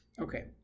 Okay